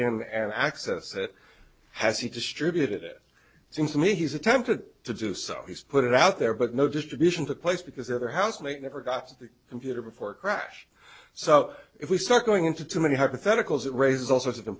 in and access it has he distributed it seems to me he's attempted to do so he's put it out there but no distribution to place because other housemate never got to the computer before crash so if we start going into too many hypotheticals it raises all sorts of the